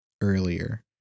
earlier